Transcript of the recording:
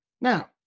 Now